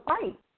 fight